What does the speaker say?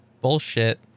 bullshit